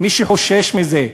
מי שחושש מזה,